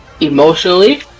emotionally